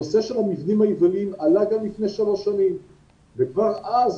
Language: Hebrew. נושא של המבנים היבילים עלה גם לפני שלוש שנים וכבר אז